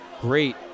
great